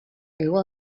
hego